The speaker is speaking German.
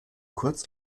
kurz